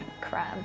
Crab